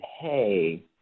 Hey